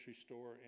store